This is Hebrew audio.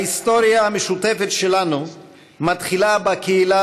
ההיסטוריה המשותפת שלנו מתחילה בקהילה